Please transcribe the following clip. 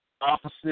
opposite